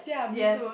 yes